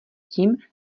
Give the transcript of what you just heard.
tím